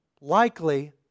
Likely